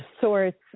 sorts